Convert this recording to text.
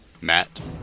Matt